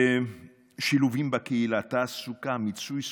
שילובים בקהילה, תעסוקה, מיצוי זכויות,